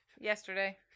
Yesterday